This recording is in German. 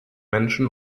menschen